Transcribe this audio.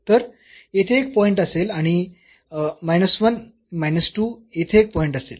तर येथे एक पॉईंट असेल आणि 1 2 येथे एक पॉईंट असेल